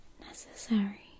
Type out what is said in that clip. necessary